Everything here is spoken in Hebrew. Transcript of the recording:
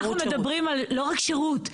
אנחנו מדברים על לא רק שירות.